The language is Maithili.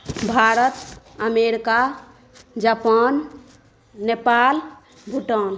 Bharat America Japan Nepal Bhutan